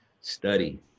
Study